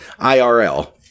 IRL